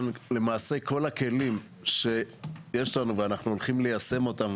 למעשה כל הכלים שיש לנו ואנחנו הולכים ליישם אותם,